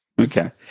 Okay